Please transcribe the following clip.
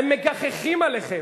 הם מגחכים עליהם.